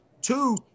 Two